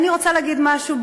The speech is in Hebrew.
אני רוצה להגיד משהו,